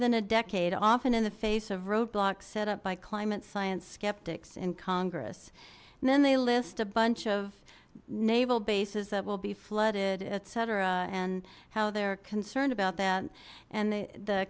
than a decade often in the face of roadblocks set up by climate science skeptics in congress and then they list a bunch of naval bases that will be flooded etc and how they're concerned about that and the the